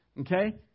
Okay